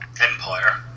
Empire